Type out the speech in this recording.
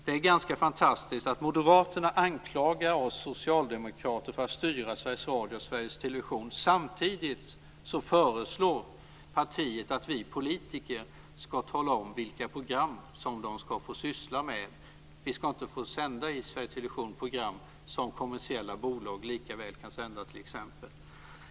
Det är ganska fantastiskt att moderaterna anklagar oss socialdemokrater för att styra Sveriges Radio och Sveriges Television samtidigt som partiet föreslår att vi politiker ska tala om vilka program som de ska få syssla med. Vi ska inte få sända i Sveriges Television program som t.ex. kommersiella bolag lika väl kan sända.